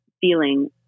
feeling